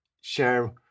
share